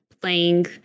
playing